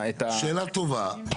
שאלה טובה.